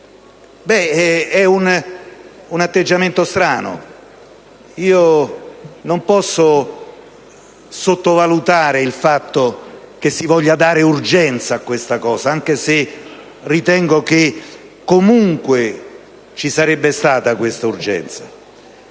È un atteggiamento strano. Io non posso sottovalutare il fatto che si voglia dare urgenza a tale questione, anche se ritengo che comunque ci sarebbe stata questa urgenza.